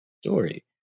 story